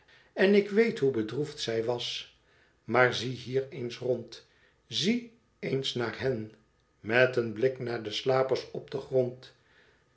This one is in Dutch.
en ik weet hoe bedroefd zij was maar zie hier eens rond zie eens naar hen met een blik naar de slapers op den grond